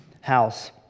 House